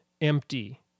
empty